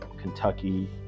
Kentucky